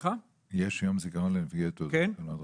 כן.